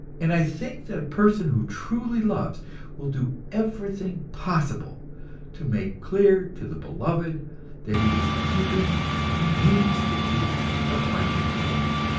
and i think that a person who truly loves will do everything possible to make clear to the beloved that he is keeping and means to keep the plighted faith.